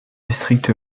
district